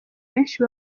benshi